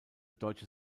deutsche